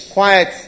Quiet